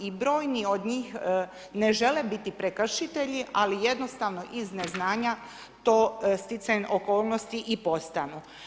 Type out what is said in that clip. I brojni od njih ne žele biti prekršitelji ali jednostavno iz neznanja to stjecajem okolnosti i postanu.